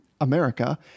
America